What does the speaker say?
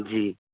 जी